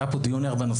והיה פה דיון ער בנושא.